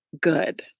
good